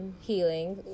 healing